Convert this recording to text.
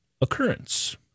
Occurrence